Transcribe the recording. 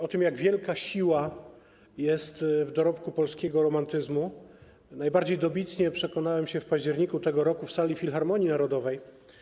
O tym, jak wielka siła jest w dorobku polskiego romantyzmu, dobitnie przekonałem się w październiku tego roku w sali Filharmonii Narodowej.